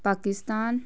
Pakistan